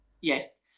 Yes